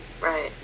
right